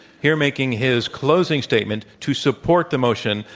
here making his closing statement to support the motion